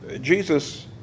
Jesus